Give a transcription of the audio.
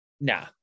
Nah